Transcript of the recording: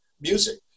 music